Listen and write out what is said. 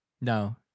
no